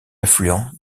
affluent